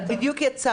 את בדיוק יצאת.